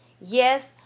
yes